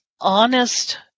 honest